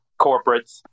corporates